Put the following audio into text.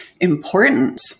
important